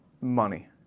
money